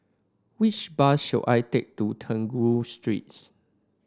which bus should I take to Trengganu Streets